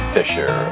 Fisher